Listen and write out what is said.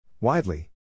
Widely